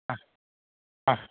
ആ ആ